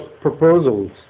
proposals